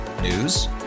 News